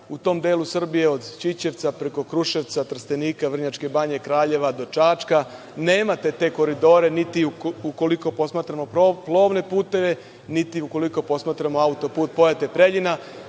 u tom delu Srbije od Ćićevca preko Kruševca, Trstenika, Vrnjačke banje, Kraljeva do Čačka nemate te koridore, niti ukoliko posmatramo plovne puteve, niti ukoliko posmatramo autoput Pojate – Preljina,